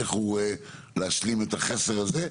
איך הוא רואה להשלים את החסר הזה,